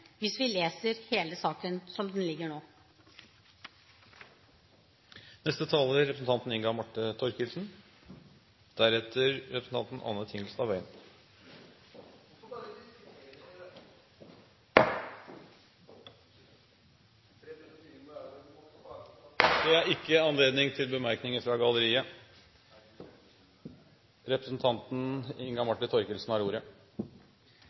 hvis vi leser hele saken som den ligger nå. En mann fra galleriet: Hvorfor diskuterer dere dette? Det er ikke anledning til bemerkninger fra galleriet. Jeg har